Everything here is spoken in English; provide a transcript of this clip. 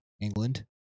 England